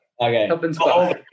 okay